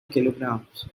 kilograms